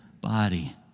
body